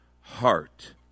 heart